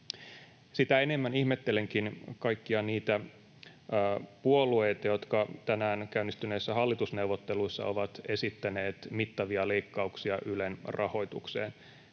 Sitä enemmän ihmettelenkin kaikkia niitä puolueita, jotka tänään käynnistyneissä hallitusneuvotteluissa ovat esittäneet mittavia leikkauksia Ylen rahoitukseen.